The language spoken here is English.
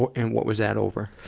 what, and what was that over?